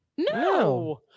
No